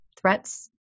threats